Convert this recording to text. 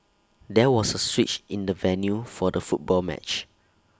there was A switch in the venue for the football match